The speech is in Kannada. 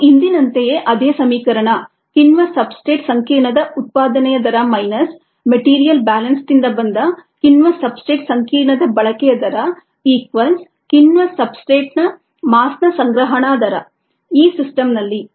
ಇದು ಹಿಂದಿನಂತೆಯೇ ಅದೇ ಸಮೀಕರಣ ಕಿಣ್ವ ಸಬ್ಸ್ಟ್ರೇಟ್ ಸಂಕೀರ್ಣದ ಉತ್ಪಾದನೆಯ ದರ ಮೈನಸ್ ಮೆಟೀರಿಯಲ್ ಬ್ಯಾಲೆನ್ಸ್ ದಿಂದ ಬಂದ ಕಿಣ್ವ ಸಬ್ಸ್ಟ್ರೇಟ್ ಸಂಕೀರ್ಣದ ಬಳಕೆಯ ದರ ಈಕ್ವಾಲ್ಸ್ ಕಿಣ್ವ ಸಬ್ಸ್ಟ್ರೇಟ್ನ ಮಾಸ್ನ ಸಂಗ್ರಹಣಾ ದರ ಈ ಸಿಸ್ಟಮ್ ನಲ್ಲಿ